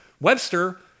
Webster